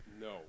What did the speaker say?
No